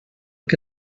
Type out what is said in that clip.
que